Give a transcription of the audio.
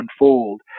unfold